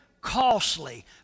costly